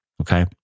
okay